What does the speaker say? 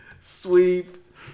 sweep